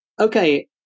okay